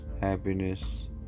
happiness